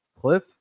Cliff